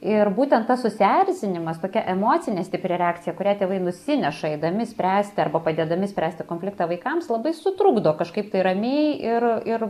ir būtent tas susierzinimas tokia emocinė stipri reakcija kurią tėvai nusineša eidami spręsti arba padėdami spręsti konfliktą vaikams labai sutrukdo kažkaip tai ramiai ir ir